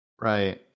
Right